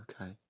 Okay